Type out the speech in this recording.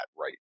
right